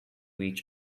each